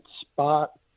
spot